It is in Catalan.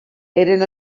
eren